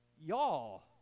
Y'all